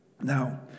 Now